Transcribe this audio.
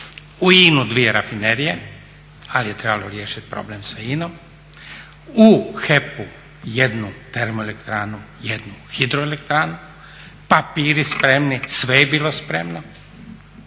U INA-u dvije rafinerije, ali je trebalo riješiti problem sa INA-om. U HEP-u jednu termoelektranu, jednu hidroelektranu. Papiri spremni, sve je bilo spremno.